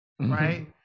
right